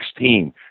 2016